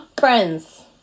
friends